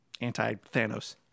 anti-Thanos